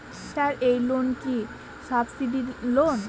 Sir এই loan কি subsidy loan?